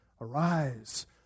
Arise